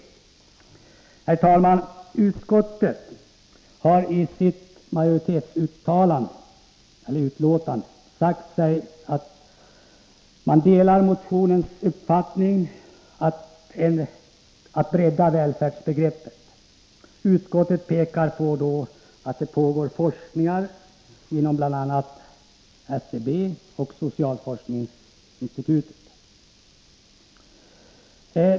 Herr talman! Utskottsmajoriteten har sagt sig dela motionärernas uppfattning att välfärdsbegreppet bör breddas. Utskottet påpekar att det pågår forskning vid bl.a. SCB och socialforskningsinstitutet.